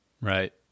Right